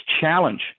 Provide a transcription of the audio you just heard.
challenge